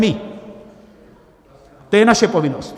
To je naše povinnost.